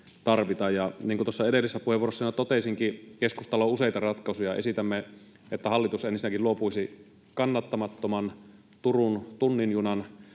Ja niin kuin tuossa edellisessä puheenvuorossani jo totesinkin, keskustalla on useita ratkaisuja. Esitämme, että hallitus ensinnäkin luopuisi kannattamattoman Turun tunnin junan